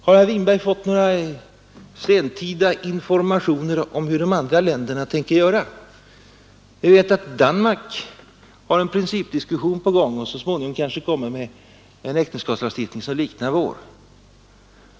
Har herr Winberg fått några senkomna informationer om hur de andra länderna tänker göra? Vi vet att Danmark har en principdiskussion på gång och så småningom kanske får en äktenskapslagstiftning som liknar vår.